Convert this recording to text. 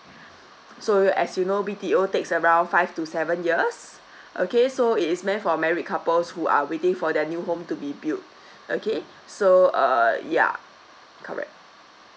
so as you know B T O takes around five to seven years okay so it is meant for married couples who are waiting for their new home to be built okay so uh yeah correct